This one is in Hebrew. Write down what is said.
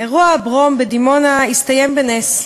אירוע הברום בדימונה הסתיים בנס.